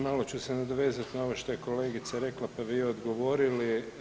Malo ću se nadovezati na ovo što je kolegica rekla pa vi odgovorili.